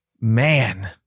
Man